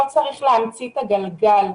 לא צריך להמציא את הגלגל,